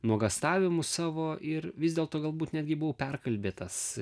nuogąstavimus savo ir vis dėlto galbūt netgi buvau perkalbėtas